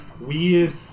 weird